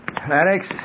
Alex